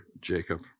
Jacob